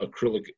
acrylic